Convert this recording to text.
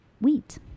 wheat